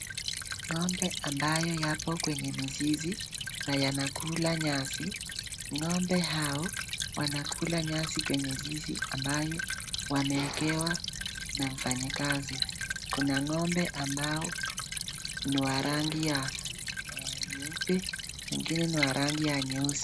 Ng'ombe ambaye yapo kwenye mizizi na yanakula nyasi. Ng'ombe hao wanakula nyasi kwenye zizi ambayo wameekewa na mfanyikazi. Kuna ng'ombe ambao ni wa rangi ya nyeupe, wengine ni wa rangi ya nyeusi.